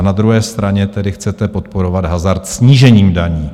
Na druhé straně tedy chcete podporovat hazard snížením daní.